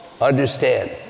understand